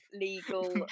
legal